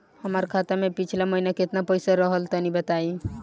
हमार खाता मे पिछला महीना केतना पईसा रहल ह तनि बताईं?